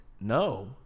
no